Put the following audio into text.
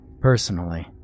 Personally